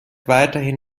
weiterhin